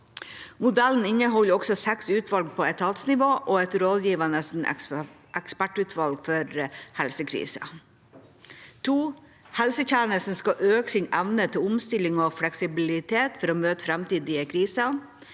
Modellen inneholder også seks utvalg på etatsnivå og et rådgivende ekspertutvalg for helsekriser. 2. Helsetjenesten skal øke sin evne til omstilling og fleksibilitet for å møte framtidige kriser.